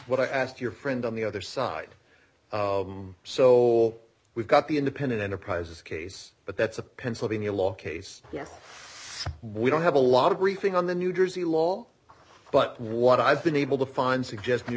what i asked your friend on the other side so we've got the independent enterprises case but that's a pennsylvania law case yes we don't have a lot of briefing on the new jersey law but what i've been able to find suggest